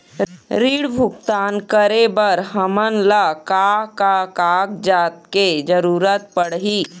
ऋण भुगतान करे बर हमन ला का का कागजात के जरूरत पड़ही?